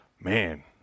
Man